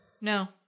no